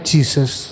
Jesus